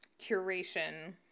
curation